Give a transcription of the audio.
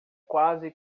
quase